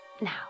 Now